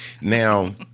Now